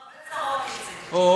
יש לך הרבה צרות, איציק.